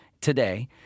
today